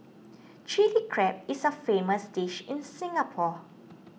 Chilli Crab is a famous dish in Singapore